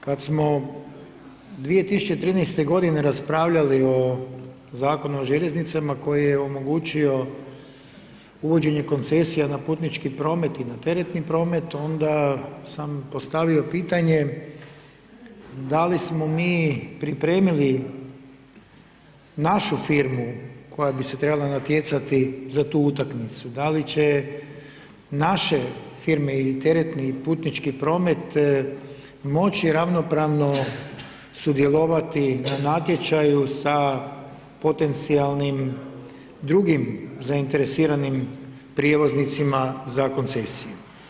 Kad smo 2013. godine raspravljali o Zakonu o željeznicama koji je omogućio uvođenje koncesija na putnički promet i na teretni promet, onda sam postavio pitanje da li smo mi pripremili našu firmu, koja bi se trebala natjecati za tu utakmicu, da li će naše firme i teretni i putnički promet moći ravnopravno sudjelovati na natječaju sa potencijalnim drugim zainteresiranim prijevoznicima za koncesiju?